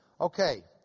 okay